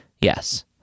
Yes